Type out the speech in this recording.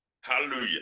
Hallelujah